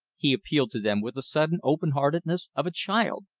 he appealed to them with the sudden open-heartedness of a child.